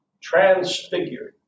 transfigured